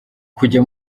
kujya